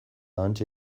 hantxe